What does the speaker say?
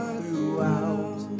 throughout